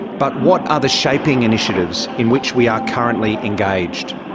but what are the shaping initiatives in which we are currently engaged?